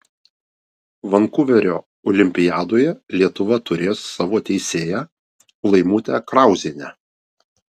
vankuverio olimpiadoje lietuva turės savo teisėją laimutę krauzienę